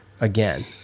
again